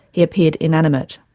he appeared inanimate.